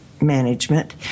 Management